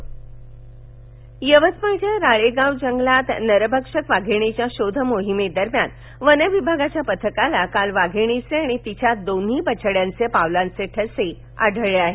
यवतमाळ यवतमाळच्या राळेगाव जंगलात नरभक्षक वाधिणीच्या शोध मोहिमे दरम्यान वनविभागाच्या पथकाला काल वाधिणीचे आणि तिच्या दोन्ही बछड्यांच्या पावलांचे ठसे आढळले आहेत